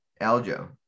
Aljo